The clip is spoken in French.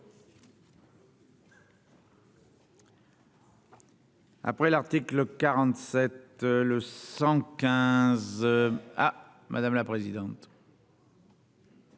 Après l'article 47 le 115 ah, madame la présidente.